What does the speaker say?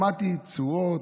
למדתי צורות,